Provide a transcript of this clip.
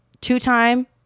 two-time